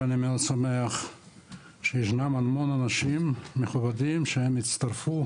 ואני מאוד שמח שישנם המון אנשים מכובדים שהם הצטרפו